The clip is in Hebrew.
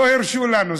לא הרשו לנו.